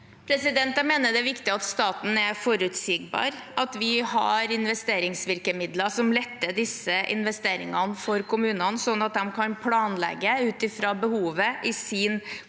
Jeg mener det er viktig at staten er forutsigbar, at vi har investeringsvirkemidler som letter disse investeringene for kommunene, slik at de kan planlegge ut fra behovet i sin kommune.